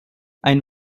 ein